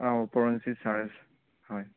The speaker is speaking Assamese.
উপৰঞ্চি চাৰ্জ হয়